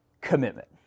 commitment